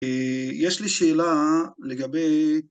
יש לי שאלה לגבי